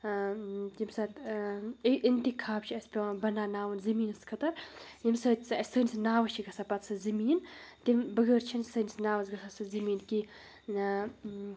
کمہِ ساتہٕ اے اِنتخاب چھُ اَسہِ پٮ۪وان بَناوناوُن زٔمیٖنَس خٲطر ییٚمہِ سۭتۍ سُہ اَسہِ سٲنِس ناوَس چھِ گژھان پَتہٕ سُہ زٔمیٖن تمہِ بغٲر چھِنہٕ سٲنِس ناوَس گژھان سُہ زٔمیٖن کینٛہہ